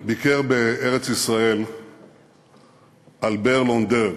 ביקר בארץ-ישראל אלבר לונדר,